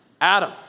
Adam